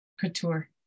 couture